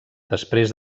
després